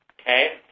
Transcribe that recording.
okay